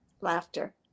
laughter